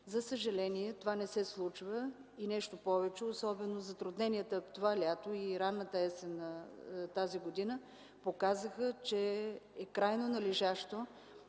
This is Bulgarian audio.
за съжаление това не се случва. Нещо повече, особено затрудненията през това лято и ранната есен на тази година показаха, че е крайно належащо